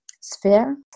sphere